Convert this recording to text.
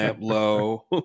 low